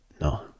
no